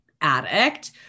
addict